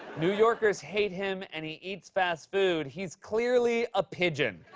new yorkers hate him, and he eats fast food. he's clearly a pigeon.